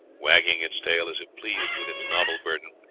wagging its tail as if pleased with its novel burden,